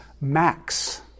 Max